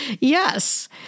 Yes